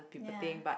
ya